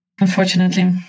Unfortunately